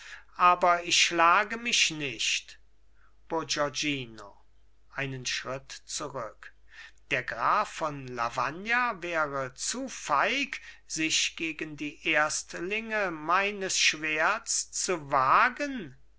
aber ich schlage mich nicht bourgognino einen schritt zurück der graf von lavagna wäre zu feig sich gegen die erstlinge meines schwerts zu wagen